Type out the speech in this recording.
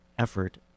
effort